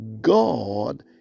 God